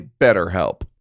BetterHelp